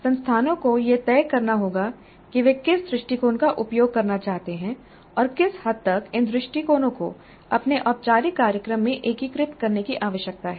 संस्थानों को यह तय करना होगा कि वे किस दृष्टिकोण का उपयोग करना चाहते हैं और किस हद तक इन दृष्टिकोणों को अपने औपचारिक कार्यक्रम में एकीकृत करने की आवश्यकता है